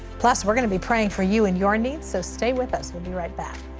plus, we're going to be praying for you and your needs, so stay with us. we'll be right back.